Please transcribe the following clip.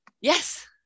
Yes